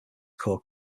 core